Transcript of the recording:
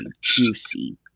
juicy